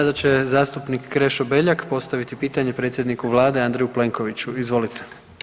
Sada će zastupnik Krešo Beljak postaviti pitanje predsjedniku vlade Andreju Plenkoviću, izvolite.